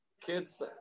kids